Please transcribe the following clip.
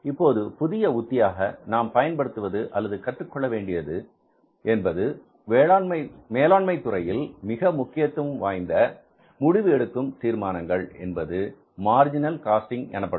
இப்போது புதிய உத்தியாக நாம் பயன்படுத்துவது அல்லது கற்றுக்கொள்ளவேண்டிய புதிய உத்தி என்பது மேலாண்மை துறையில் மிக முக்கியத்துவம் வாய்ந்த முடிவு எடுக்கும் தீர்மானங்கள் என்பது மார்ஜினல் காஸ்டிங் எனப்படும்